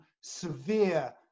severe